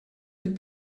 could